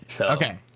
Okay